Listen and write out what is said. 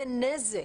זה נזק,